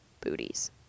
booties